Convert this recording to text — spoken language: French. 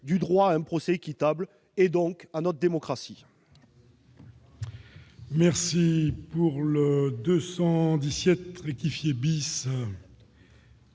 du droit à un procès équitable, et donc à notre démocratie.